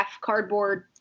cardboard